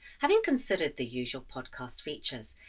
having considered the usual podcast features,